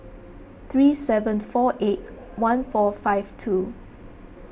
three seven four eight one four five two